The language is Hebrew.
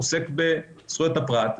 עוסק בזכויות הפרט,